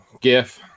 gif